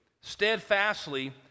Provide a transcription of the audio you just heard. steadfastly